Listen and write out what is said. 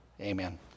Amen